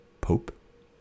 pope